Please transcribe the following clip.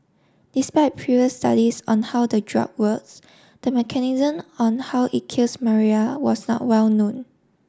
despite previous studies on how the drug works the mechanism on how it kills maria was not well known